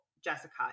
Jessica